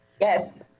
Yes